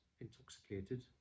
intoxicated